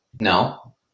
No